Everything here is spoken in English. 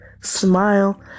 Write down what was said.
smile